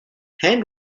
hand